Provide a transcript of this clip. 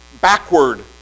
backward